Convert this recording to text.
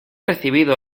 recibido